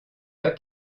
pas